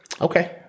Okay